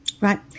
Right